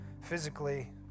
physically